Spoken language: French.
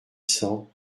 cents